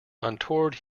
untoward